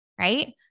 right